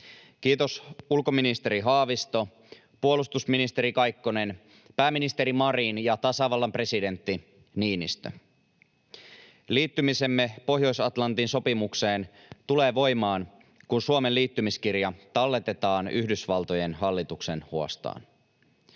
Kiitos ulkoministeri Haavisto, puolustusministeri Kaikkonen, pääministeri Marin ja tasavallan presidentti Niinistö. Liittymisemme Pohjois-Atlantin sopimukseen tulee voimaan, kun Suomen liittymiskirja talletetaan Yhdysvaltojen hallituksen huostaan.